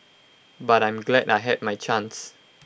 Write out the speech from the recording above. but I'm glad I had my chance